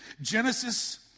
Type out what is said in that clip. Genesis